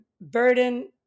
burden